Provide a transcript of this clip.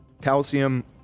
calcium